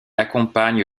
accompagne